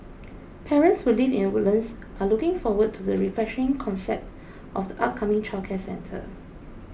parents who live in Woodlands are looking forward to the refreshing concept of the upcoming childcare centre